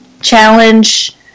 Challenge